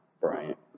Bryant